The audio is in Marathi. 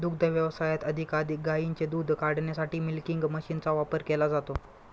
दुग्ध व्यवसायात अधिकाधिक गायींचे दूध काढण्यासाठी मिल्किंग मशीनचा वापर केला जातो